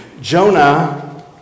Jonah